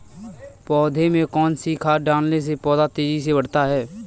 पौधे में कौन सी खाद डालने से पौधा तेजी से बढ़ता है?